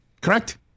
Correct